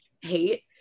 hate